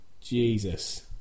Jesus